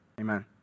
amen